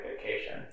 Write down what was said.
vacation